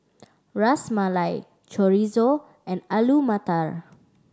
Ras Malai Chorizo and Alu Matar